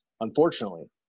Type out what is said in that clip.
unfortunately